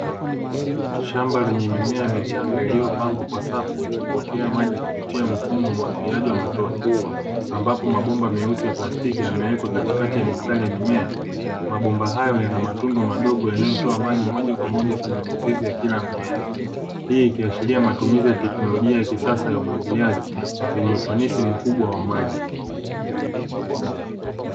Shamba lenye mimea michanga iliyopangwa kwa safu ikipokea maji kupitia mfumo wa umwagiliaji wa matonye, ambapo mabomba meusi ya plastiki yamewekwa katikati ya mistari ya mimea. Mabomba hayo yana matundu madogo madogo yanayotoa maji moja kwa moja kwenye mizizi ya kila mmea. Hii ikiashiria matumizi ya teknolojia ya kisasa ya umwagiliaji yenye ufanisi mkubwa wa maji.